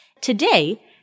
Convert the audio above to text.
Today